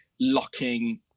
locking